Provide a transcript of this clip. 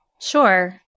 Sure